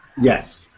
Yes